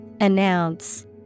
Announce